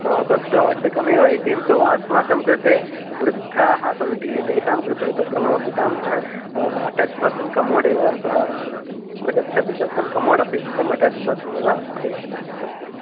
हा तत्तु अवश्यकमेव किन्तु अस्माकं कृते वृद्धाः सन्ति तेषां कृते तत्र मम पितामहः अटेच् बात्रूं तथा कमोड् एव सः तत्र गच्छति तदर्थं तत्र कमोड् अटेच् बात्रूम् एव अपेक्षितं